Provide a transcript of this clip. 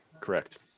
Correct